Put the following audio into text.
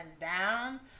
down